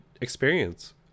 experience